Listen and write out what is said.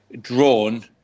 drawn